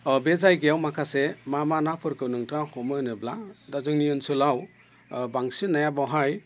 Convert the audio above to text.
बे जायगायाव माखासे मा मा नाफोरखौ नोंथाङा हमो होनोब्ला दा जोंनि ओनसोलाव बांसिन नाया बेवहाय